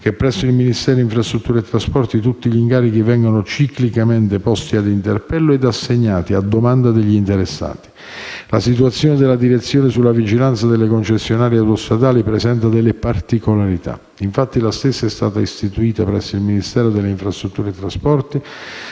che presso il Ministero delle infrastrutture e dei trasporti tutti gli incarichi vengono ciclicamente posti ad interpello e assegnati a domanda degli interessati. La situazione della direzione sulla vigilanza delle concessionarie autostradali presenta delle particolarità. Infatti, la stessa è stata istituita presso il Ministero delle infrastrutture e dei trasporti